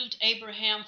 Abraham